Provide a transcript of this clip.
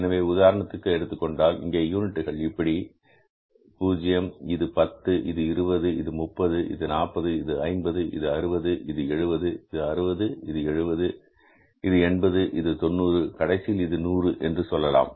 எனவே உதாரணத்திற்காக எடுத்துக்கொண்டால் இங்கே யூனிட்டுகள் இப்படி 0 இது 10 இது 20 இது 30 இது 40 இது 50 இது 60 இது 70 இது 60 இது 70 இது 80 இது 90 கடைசியில் இது 100 என்று சொல்லலாம்